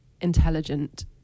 intelligent